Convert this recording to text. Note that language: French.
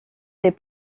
les